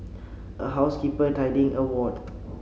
a housekeeper tidying a ward